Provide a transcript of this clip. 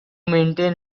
maintain